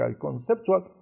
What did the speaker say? conceptual